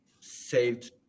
saved